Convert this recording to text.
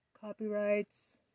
Copyrights